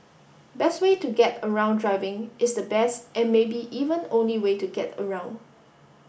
best way to get around driving is the best and maybe even only way to get around